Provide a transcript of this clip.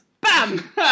bam